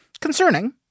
concerning